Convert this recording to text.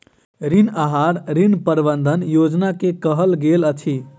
ऋण आहार, ऋण प्रबंधन योजना के कहल गेल अछि